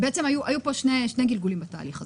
בעצם היו כאן שני גלגולים בתהליך הזה.